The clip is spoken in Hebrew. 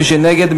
ומי שנגד,